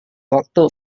waktu